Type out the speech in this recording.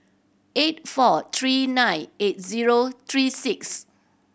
eight four three nine eight zero three six